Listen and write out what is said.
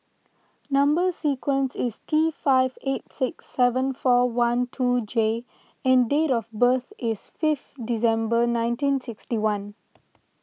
Number Sequence is T five eight six seven four one two J and date of birth is fifth December nineteen sixty one